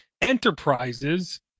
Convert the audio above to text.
enterprises